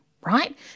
right